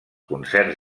concerts